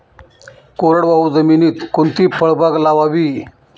कोरडवाहू जमिनीत कोणती फळबाग लावावी?